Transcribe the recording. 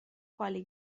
quali